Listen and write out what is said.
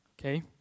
Okay